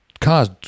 cars